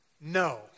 no